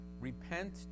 repent